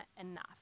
enough